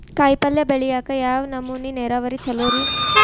ಕಾಯಿಪಲ್ಯ ಬೆಳಿಯಾಕ ಯಾವ್ ನಮೂನಿ ನೇರಾವರಿ ಛಲೋ ರಿ?